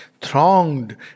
thronged